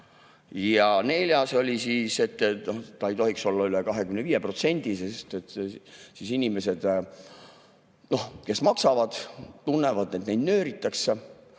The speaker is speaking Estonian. Ja neljas mõte oli, et see ei tohiks olla üle 25%, sest siis inimesed, kes maksavad, tunnevad, et neid nööritakse.